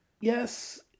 Yes